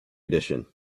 edition